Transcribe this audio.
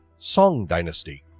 song dynasty